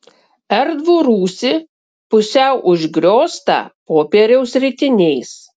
erdvų rūsį pusiau užgrioztą popieriaus ritiniais